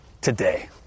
today